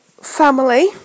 family